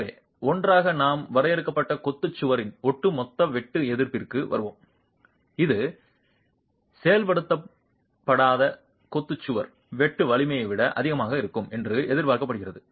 எனவே ஒன்றாக நாம் வரையறுக்கப்பட்ட கொத்து சுவரின் ஒட்டுமொத்த வெட்டு எதிர்ப்பிற்கு வருவோம் இது செயல்படுத்தப்படாத கொத்து சுவர் வெட்டு வலிமையை விட அதிகமாக இருக்கும் என்று எதிர்பார்க்கப்படுகிறது